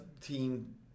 team